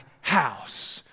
house